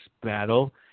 battle